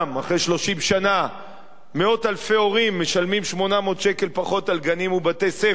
אחרי 30 שנה מאות-אלפי הורים משלמים פחות 800 שקל על גנים ובתי-ספר,